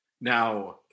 Now